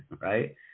right